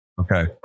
okay